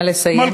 נא לסיים.